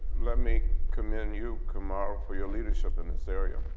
let me commend you camara for your leadership in this area.